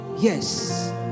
Yes